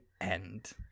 end